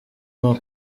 nko